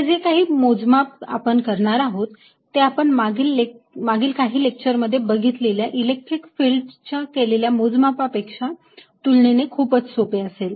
हे जे काही मोजमाप आपण करणार आहोत ते आपण मागील काही लेक्चर मध्ये बघितलेल्या इलेक्ट्रिक फिल्डच्या केलेल्या मोजमापापेक्षा तुलनेने खूपच सोपे असेल